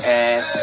ass